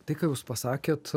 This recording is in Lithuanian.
tai ką jūs pasakėt